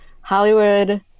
hollywood